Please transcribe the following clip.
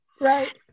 Right